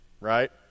right